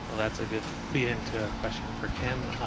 that's a good lead-in to a question for kim.